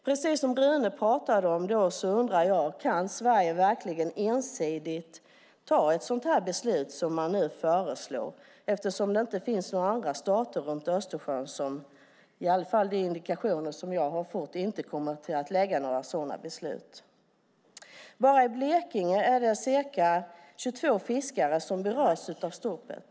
Precis som Rune Wikström var inne på undrar jag om Sverige verkligen ensidigt kan fatta ett beslut av det slag som nu föreslås. Det finns ju inga andra stater runt Östersjön - i alla fall enligt de indikationer jag fått - som kommer att fatta ett sådant beslut. Bara i Blekinge berörs ca 22 fiskare av stoppet.